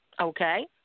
Okay